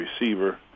receiver